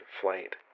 flight